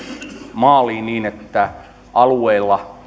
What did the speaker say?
maaliin niin että alueella